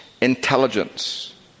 intelligence